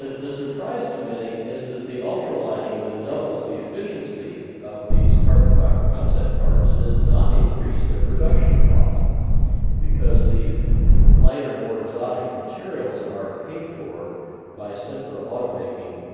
the surprise to many is that the ultra lighting that doubles the efficiency of these carbon fiber concept cars does not increase their production cost because the lighter more exotic materials are paid for by simpler automaking,